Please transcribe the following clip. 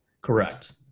Correct